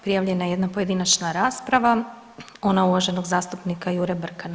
Prijavljena je jedna pojedinačna rasprava, ona uvaženog zastupnika Jure Brkana.